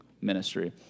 ministry